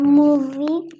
movie